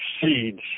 seeds